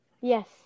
Yes